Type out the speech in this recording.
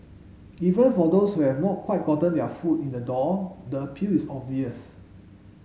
even for those who have not quite gotten their foot in the door the appeal is obvious